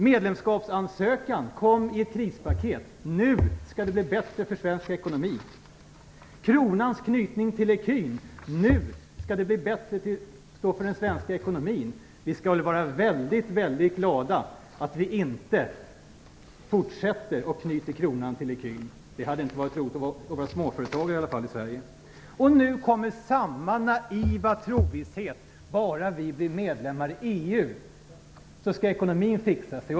Medlemskapsansökan kom i ett krispaket - nu skall det bli bättre för svensk ekonomi, hette det, och med kronans knytning till ecun skall det nu bli bättre för den svenska ekonomin. Vi skall vara väldigt glada för att vi inte fortsätter att knyta kronan till ecun. Det hade i alla fall inte varit roligt att vara småföretagare i Sverige i så fall. Nu kommer samma naiva trosvisshet. Bara vi blir medlemmar i EU skall ekonomin fixa sig.